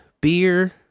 beer